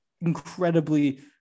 incredibly –